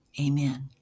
amen